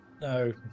No